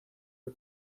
the